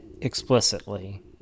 explicitly